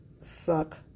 suck